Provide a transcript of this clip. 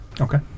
Okay